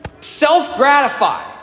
self-gratify